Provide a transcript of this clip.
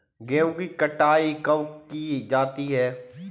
गेहूँ की कटाई कब की जाती है?